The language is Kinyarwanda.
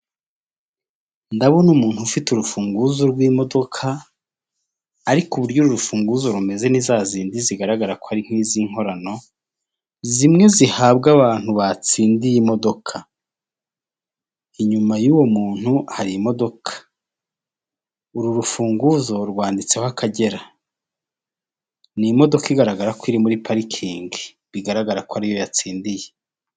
Ndabona umuntu ufite urufunguzo rw'imodoka ariko uburyo urufunguzo rumeze niza zindi zigaragara ko ari nk'izi nkorano zimwe zihabwa abantu batsindiye imodoka inyuma yuwo muntu hari imodoka uru rufunguzo rwanditseho Akagera ni imodoka igaragara ko iri muri parikingi bigaragara ko ariyo yatsindiye.